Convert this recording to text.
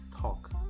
talk